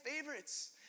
favorites